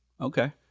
Okay